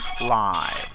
live